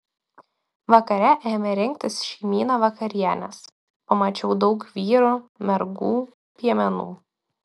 vakare ėmė rinktis šeimyna vakarienės pamačiau daug vyrų mergų piemenų